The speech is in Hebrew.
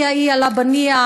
אִיָה אִיָה לַבַּנִיָיה,